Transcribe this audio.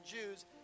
Jews